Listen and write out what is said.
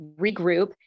regroup